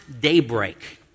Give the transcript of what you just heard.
daybreak